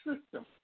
system